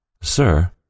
Sir